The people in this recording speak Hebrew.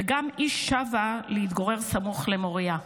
וגם היא שבה להתגורר סמוך למוריה.